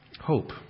Hope